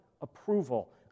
approval